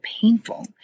painful